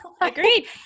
Agreed